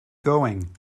going